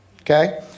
okay